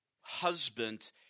husband